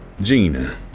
Gina